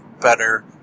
better